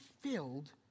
filled